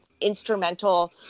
instrumental